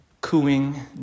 cooing